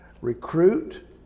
recruit